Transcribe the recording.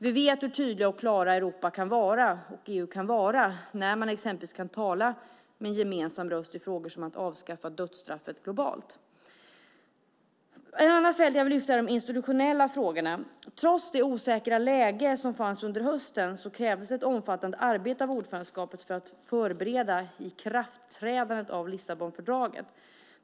Vi vet hur tydliga och klara Europa och EU kan vara när det gäller att exempelvis tala med gemensam röst i frågor som att avskaffa dödsstraffet globalt. Ytterligare ett fält som jag vill lyfta är de institutionella frågorna. Trots det osäkra läge som fanns under hösten krävdes ett omfattande arbete av ordförandeskapet för att förbereda ikraftträdandet av Lissabonfördraget.